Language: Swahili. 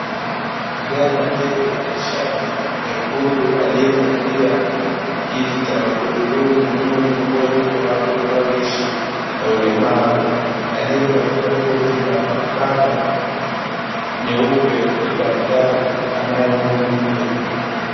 Kijana aliye kwenye shati nyekundu aliyekalia kiti cha magurudumu yumo miongoni ya watu wanaoishi na ulemavu. Aliyevalia koti la maabara nyeupe ni daktari anayemhudumia.